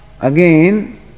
again